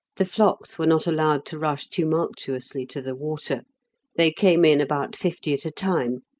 the flocks were not allowed to rush tumultuously to the water they came in about fifty at a time,